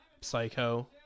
psycho